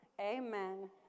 Amen